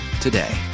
today